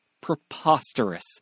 preposterous